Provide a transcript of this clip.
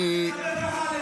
--- תתבייש לך.